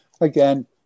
again